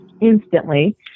instantly